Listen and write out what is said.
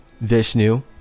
Vishnu